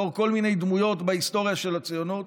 לאור כל מיני דמויות בהיסטוריה של הציונות.